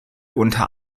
unter